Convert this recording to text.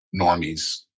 normies